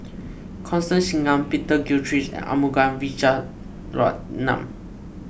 Constance Singam Peter Gilchrist and Arumugam Vijiaratnam